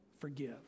forgive